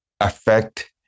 affect